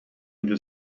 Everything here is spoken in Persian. اونجا